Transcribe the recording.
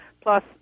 plus